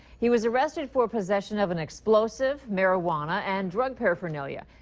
he was arrested for possession of an explosive, marijuana and drug paraphernalia.